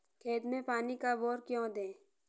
खेत में पानी कब और क्यों दें?